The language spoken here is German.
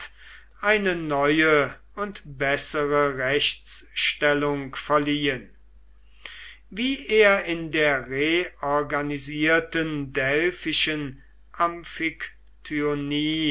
eine neue und bessere rechtsstellung verliehen wie er in der reorganisierten delphischen